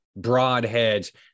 broadheads